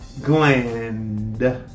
gland